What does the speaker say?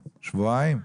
שבועיים.